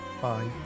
bye